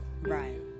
Right